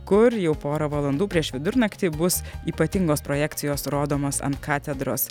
kur jau pora valandų prieš vidurnaktį bus ypatingos projekcijos rodomos ant katedros